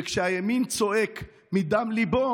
וכשהימין צועק מדם ליבו,